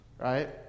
right